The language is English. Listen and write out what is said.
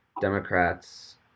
Democrats